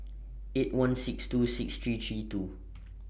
eight one six two six three three two